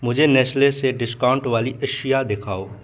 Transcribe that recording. مجھے نیسلے سے ڈسکاؤنٹ والی اشیاء دکھاؤ